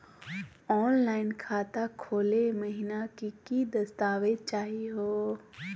Online खाता खोलै महिना की की दस्तावेज चाहीयो हो?